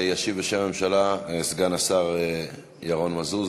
ישיב בשם הממשלה סגן השר ירון מזוז.